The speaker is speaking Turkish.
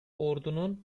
ordunun